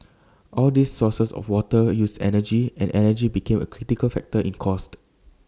all these sources of water use energy and energy became A critical factor in cost